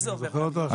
אני לא זוכר אותו.